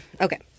Okay